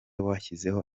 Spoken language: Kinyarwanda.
washyizeho